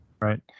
Right